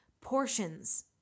Portions